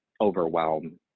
overwhelm